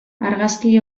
argazki